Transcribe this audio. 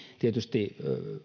tietysti